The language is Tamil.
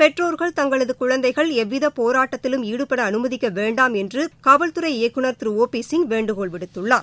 பெற்றோர்கள் தங்களது குழந்தைகள் எவ்வித போராட்டத்திலும் ஈடுபட அனுமதிக்க வேண்டாம் என்று காவல்துறை இயக்குநர் திரு ஒ பி சிங் வேண்டுகோள் விடுத்துள்ளார்